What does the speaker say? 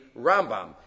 Rambam